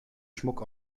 schmuck